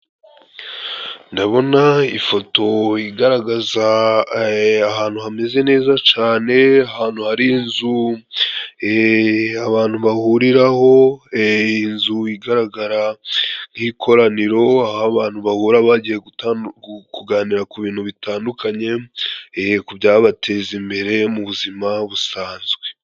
Ndabona ifoto igaragaza ahantu hameze neza cane, ahantu hari inzu abantu bahuriraho, inzu igaragara nk'ikoraniro aho abantu bahura bagiye kuganira ku bintu bitandukanye ku byabateza imbere mu buzima busanzwe.